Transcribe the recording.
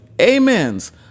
amens